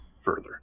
further